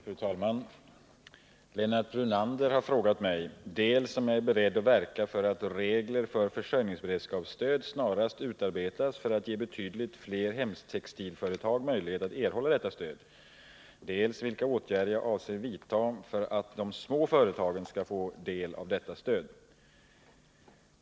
Fru talman! Lennart Brunander har frågat mig dels om jag är beredd att verka för att regler för försörjningsberedskapsstöd snarast utarbetas för att ge betydligt fler hemtextilföretag möjlighet att erhålla detta stöd, dels vilka åtgärder jag avser vidta för att de små företagen skall få del av detta stöd.